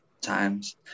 times